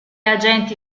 agenti